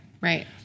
right